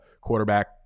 quarterback